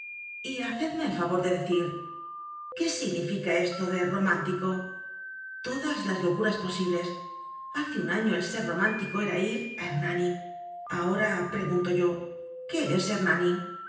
lo romántico yhacedmeel favor de decir qué significa esto de romántico todas las locuras posibles hace un año el ser romántico era ir á hernani ahora pregunto yo qué es hernanil